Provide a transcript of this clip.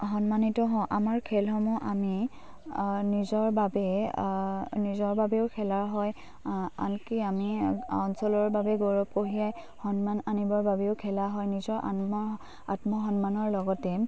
সন্মানিত হওঁ আমাৰ খেলসমূহ আমি নিজৰ বাবে নিজৰ বাবেও খেলা হয় আনকি আমি অঞ্চলৰ বাবে গৌৰৱ কঢ়িয়াই সন্মান আনিবৰ বাবেও খেলা হয় নিজৰ আত্মসন্মানৰ লগতে